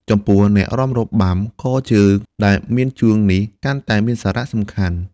ចំពោះ អ្នករាំរបាំបុរាណ កងជើងដែលមានជួងនេះកាន់តែមានសារៈសំខាន់។